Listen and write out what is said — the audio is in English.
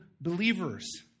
believers